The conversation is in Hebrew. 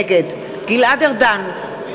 נגד גלעד ארדן,